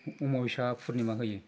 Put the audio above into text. अमाबस्या पुर्निमा होयो